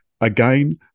again